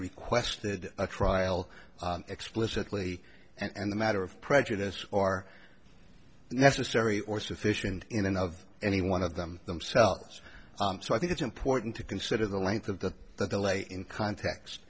requested a trial explicitly and the matter of prejudice or necessary or sufficient in and of any one of them themselves so i think it's important to consider the length of the the delay in context